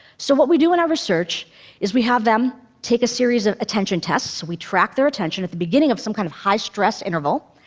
so what we do in our research is we have them take a series of attention tests. we track their attention at the beginning of some kind of high-stress interval,